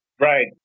Right